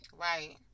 right